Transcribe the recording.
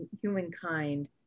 humankind